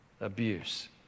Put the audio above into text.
abuse—